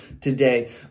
today